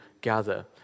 gather